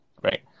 right